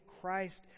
Christ